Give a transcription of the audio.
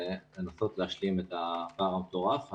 זה לנסות להשלים את הפער המטורף.